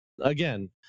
again